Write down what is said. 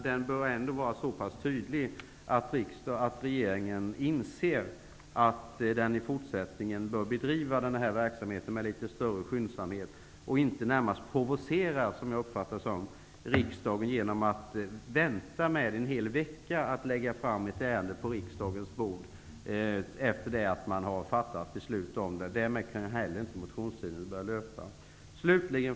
Den bör ändock vara så pass tydlig att regeringen borde inse att den i fortsättningen bör bedriva denna verksamhet med litet större skyndsamhet och inte närmast provocera -- vilket jag uppfattade det som -- riksdagen genom att vänta en hel vecka med att lägga fram ett ärende på riksdagens bord efter det att man fattat beslut. Därmed kunde inte heller motionstiden börja löpa. Fru talman!